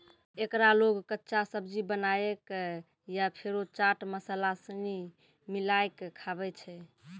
एकरा लोग कच्चा, सब्जी बनाए कय या फेरो चाट मसाला सनी मिलाकय खाबै छै